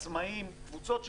קבוצות עצמאיים,